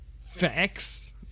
Facts